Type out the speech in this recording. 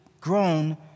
grown